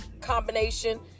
combination